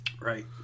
Right